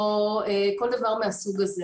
או כל דבר מהסוג הזה.